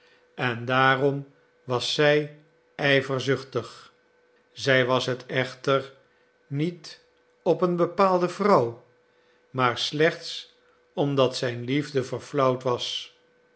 en daarom was zij ijverzuchtig zij was het echter niet op een bepaalde vrouw maar slechts omdat zijn liefde verflauwd was